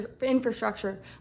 infrastructure